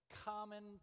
common